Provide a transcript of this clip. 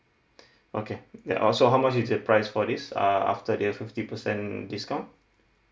okay then oh so how much is the price for this err after the fifty percent discount